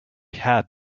had